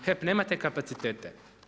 HEP nema te kapacitete.